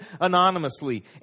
anonymously